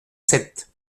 sept